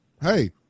Hey